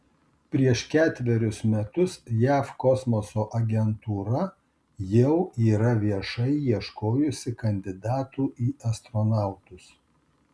prieš ketverius metus jav kosmoso agentūra jau yra viešai ieškojusi kandidatų į astronautus